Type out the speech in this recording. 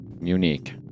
unique